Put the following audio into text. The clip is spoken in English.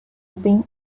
been